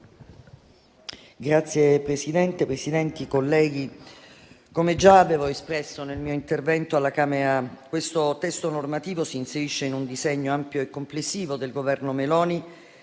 Signor Presidente, onorevoli colleghi. come già avevo espresso nel mio intervento alla Camera dei deputati, questo testo normativo si inserisce in un disegno ampio e complessivo del Governo Meloni,